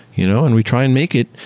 you know and we try and make it,